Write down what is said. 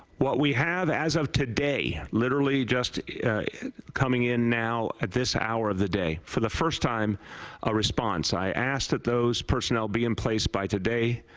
what we have as of today literally just coming in now at this hour of the day for the first time a response. i asked that those personnel be in place by today,